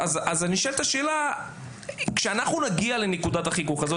נשאלת השאלה: כשאנחנו נגיע לנקודת החיכוך הזו,